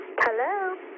Hello